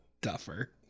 Duffer